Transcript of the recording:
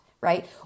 Right